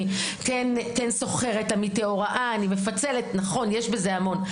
אני שוכרת עמיתי הוראה ואני מפצלת ויש בזה המון.